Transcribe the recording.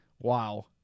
Wow